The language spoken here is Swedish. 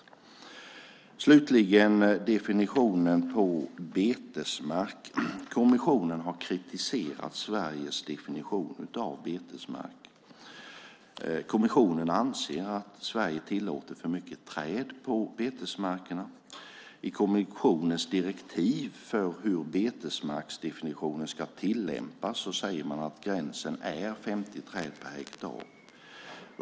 Slutligen gäller det definitionen av betesmark. Kommissionen har kritiserat Sveriges definition av betesmark. Kommissionen anser att Sverige tillåter för många träd på betesmarkerna. I kommissionens direktiv för hur betesmarksdefinitionen ska tillämpas säger man att gränsen är 50 träd per hektar.